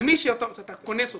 על מי שאתה קונס אותו.